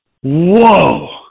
Whoa